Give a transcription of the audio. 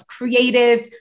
creatives